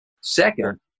Second